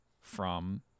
from-